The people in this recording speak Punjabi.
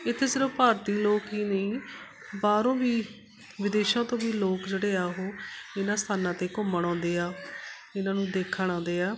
ਇੱਥੇ ਸਿਰਫ ਭਾਰਤੀ ਲੋਕ ਹੀ ਨਹੀਂ ਬਾਹਰੋਂ ਵੀ ਵਿਦੇਸ਼ਾਂ ਤੋਂ ਵੀ ਲੋਕ ਜਿਹੜੇ ਆ ਉਹ ਇਹਨਾਂ ਸਥਾਨਾਂ 'ਤੇ ਘੁੰਮਣ ਆਉਂਦੇ ਆ ਇਹਨਾਂ ਨੂੰ ਦੇਖਣ ਆਉਂਦੇ ਆ